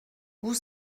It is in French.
vous